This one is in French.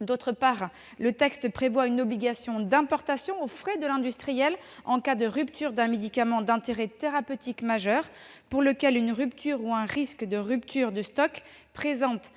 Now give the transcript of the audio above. D'autre part, le texte prévoit une obligation d'importation, aux frais de l'industriel, en cas de rupture d'un médicament d'intérêt thérapeutique majeur pour lequel une rupture ou un risque de rupture de stock présente